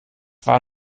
war